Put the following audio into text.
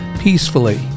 peacefully